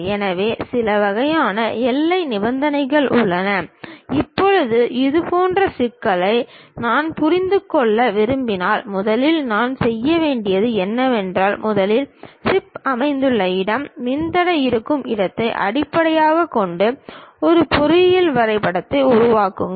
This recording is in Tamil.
எனவே சில வகையான எல்லை நிபந்தனைகள் உள்ளன இப்போது இதுபோன்ற சிக்கலை நான் புரிந்து கொள்ள விரும்பினால் முதலில் நான் செய்ய வேண்டியது என்னவென்றால் முதலில் சிப் அமைந்துள்ள இடம் மின்தடை இருக்கும் இடத்தை அடிப்படையாகக் கொண்டு ஒரு பொறியியல் வரைபடத்தை உருவாக்குங்கள்